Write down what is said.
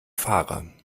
fahrer